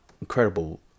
incredible